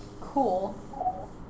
Cool